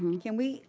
and can we,